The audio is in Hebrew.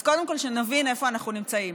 אז קודם כול, שנבין איפה אנחנו נמצאים